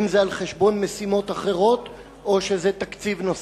האם זה על-חשבון משימות אחרות או שזה תקציב נוסף?